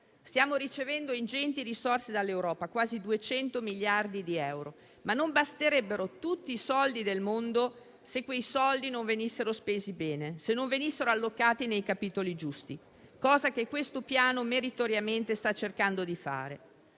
Stiamo ricevendo ingenti risorse dall'Europa, quasi 200 miliardi di euro, ma non basterebbero tutti i soldi del mondo se quei soldi non venissero spesi bene, se non venissero allocati nei capitoli giusti, cosa che questo Piano meritoriamente sta cercando di fare.